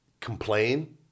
complain